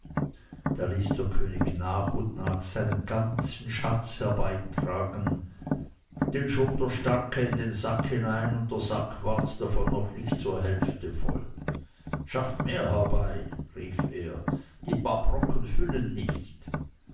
da ließ der könig nach und nach seinen ganzen schatz herbeitragen den schob der starke in den sack hinein und der sack ward davon noch nicht zur hälfte voll schafft mehr herbei rief er die paar brocken füllen nicht